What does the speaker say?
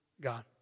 God